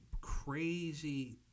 crazy